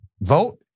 vote